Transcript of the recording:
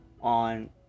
on